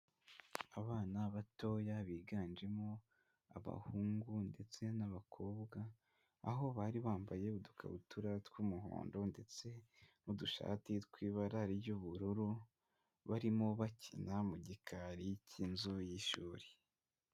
Abana batoya biganjemo abahungu ndetse n'abakobwa, aho bari bambaye udukabutura tw'umuhondo ndetse n'udushati tw'ibara ry'ubururu, barimo bakina mu gikari cy'inzu y'ishuri.